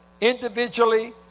Individually